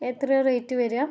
എത്രയാണ് റേറ്റ് വരിക